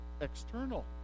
external